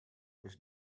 was